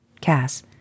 Cass